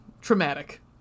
traumatic